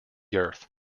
earth